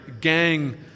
Gang